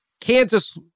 Kansas